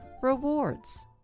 rewards